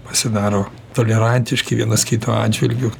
pasidaro tolerantiški vienas kito atžvilgiu